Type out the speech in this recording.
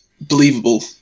believable